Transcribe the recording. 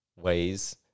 ways